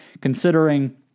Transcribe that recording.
considering